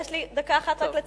יש לי דקה אחת רק לצטט?